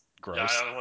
gross